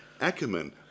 Ackerman